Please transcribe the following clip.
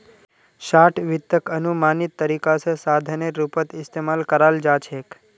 short वित्तक अनुमानित तरीका स साधनेर रूपत इस्तमाल कराल जा छेक